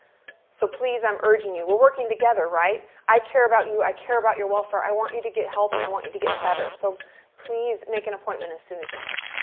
so please, i'm urging you, we're working together, right? i care about you, i care about your welfare, i want you to get help and i want you to get better so please make an appointment as soon as you can.